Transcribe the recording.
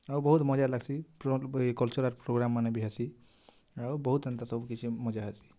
ଆଉ ବହୁତ ମଜା ଲାଗ୍ସି ଏଇ କଲଚୁରାଲ୍ ପୋଗ୍ରାମ୍ ମାନେ ବି ହେସି ଆଉ ବହୁତ ଏନ୍ତା ସବୁ କିଛି ମଜା ହେସି